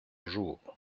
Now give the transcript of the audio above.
jour